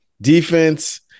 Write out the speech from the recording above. Defense